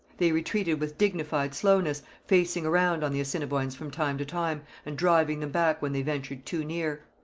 they retreated with dignified slowness, facing around on the assiniboines from time to time, and driving them back when they ventured too near.